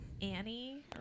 Annie